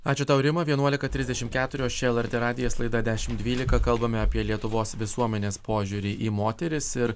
ačiū tau rima vienuolika trisdešimt keturios čia lrt radijas laida dešimt dvylika kalbame apie lietuvos visuomenės požiūrį į moteris ir